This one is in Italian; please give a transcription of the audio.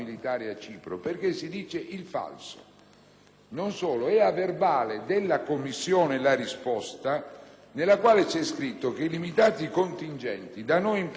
nella quale c'è scritto che «i limitati contingenti da noi impiegati in alcune missioni, da Haiti al Congo, a Cipro, non vanno considerati come indice di dispersione,